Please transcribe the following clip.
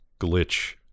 glitch